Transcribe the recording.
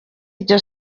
iryo